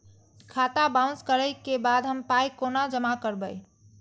खाता बाउंस करै के बाद हम पाय कोना जमा करबै?